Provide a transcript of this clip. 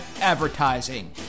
advertising